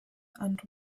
and